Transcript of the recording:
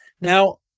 Now